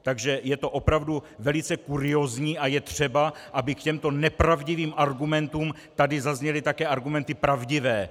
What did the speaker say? Takže je to opravdu velice kuriózní a je třeba, aby k těmto nepravdivým argumentům tady zazněly také argumenty pravdivé.